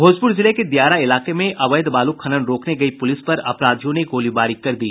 भोजपूर जिले के दियारा इलाके में अवैध बालू खनन रोकने गयी पूलिस पर अपराधियों ने गोलीबारी कर दी